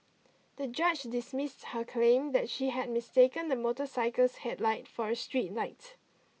the judge dismissed her claim that she had mistaken the motorcycle's headlight for a street light